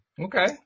Okay